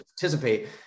participate